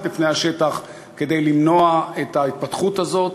לפני השטח כדי למנוע את ההתפתחות הזאת,